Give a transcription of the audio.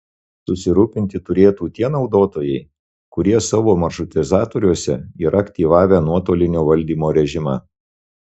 susirūpinti turėtų tie naudotojai kurie savo maršrutizatoriuose yra aktyvavę nuotolinio valdymo režimą